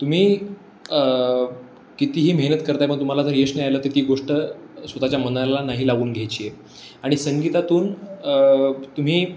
तुम्ही कितीही मेहनत करताय मग तुम्हाला जर यश नाही आलं तर ती गोष्ट स्वतःच्या मनाला नाही लावून घ्यायची आहे आणि संगीतातून तुम्ही